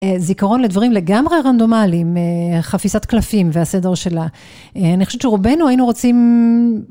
זיכרון לדברים לגמרי רנדומליים, חפיסת קלפים והסדר שלה. אני חושבת שרובנו היינו רוצים...